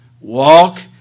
walk